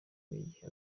n’igihe